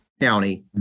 county